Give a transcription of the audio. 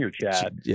Chad